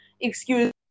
excuse